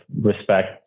respect